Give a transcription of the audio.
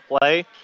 play